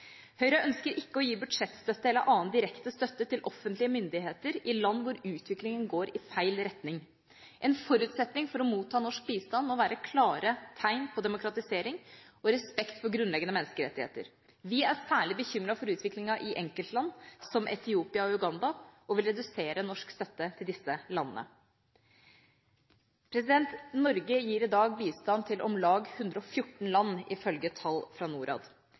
Høyre ønsker ikke å gi budsjettstøtte, eller annen direkte støtte, til offentlige myndigheter i land hvor utviklingen går i feil retning. En forutsetning for å motta norsk bistand må være klare tegn på demokratisering og respekt for grunnleggende menneskerettigheter. Vi er særlig bekymret for utviklingen i enkeltland, som Etiopia og Uganda, og vil redusere norsk støtte til disse landene. Norge gir i dag bistand til om lag 114 land, ifølge tall fra Norad.